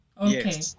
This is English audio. Okay